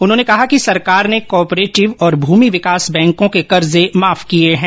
उन्होंने कहा कि सरकार ने कोऑपरेटिव और भूमि विकास बैंकों के कर्जे माफ किये हैं